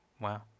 Wow